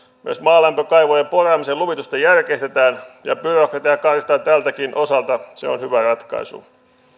myös maalämpökaivojen poraamisen luvitusta järkeistetään ja byrokratiaa karsitaan tältäkin osalta se on hyvä ratkaisu